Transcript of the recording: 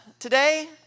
Today